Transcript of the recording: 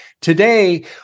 Today